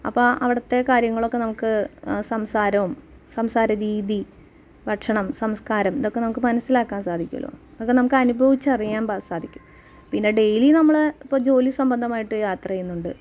അപ്പം അവിടുത്തെ കാര്യങ്ങളൊക്കെ നമുക്ക് സംസാരവും സംസാര രീതി ഭക്ഷണം സംസ്കാരം ഇതൊക്കെ നമുക്ക് മനസ്സിലാക്കാൻ സാധിക്കുമല്ലോ അതൊക്കെ നമുക്ക് അനുഭവിച്ചറിയാൻ സാധിക്കും പിന്നെ ഡെയിലി നമ്മൾ ജോലി സംബന്ധമായിട്ട് യാത്ര ചെയ്യുന്നുണ്ട്